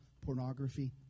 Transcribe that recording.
pornography